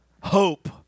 hope